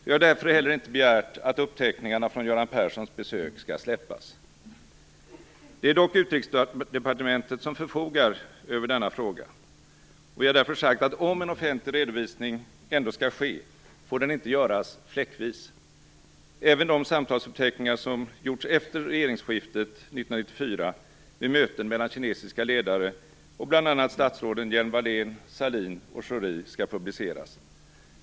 Vi har därför heller inte begärt att uppteckningarna från Göran Perssons besök skall släppas. Det är dock Utrikesdepartementet som förfogar över denna fråga. Vi har därför sagt att om en offentlig redovisning ändå skall ske, får den inte göras fläckvis. Även de samtalsuppteckningar som gjorts efter regeringsskiftet 1994 vid möten mellan kinesiska ledare och bl.a. statsråden Hjelm-Wallén, Sahlin och Schori skall publiceras.